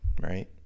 right